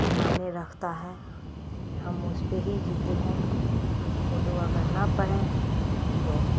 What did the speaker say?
معنی رکھتا ہے کہ ہم اس پہ ہی جیتے ہیں اردو اگر نہ پڑھیں تو